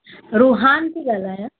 रुहान थी ॻाल्हायां